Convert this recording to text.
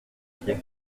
pied